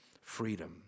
freedom